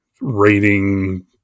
rating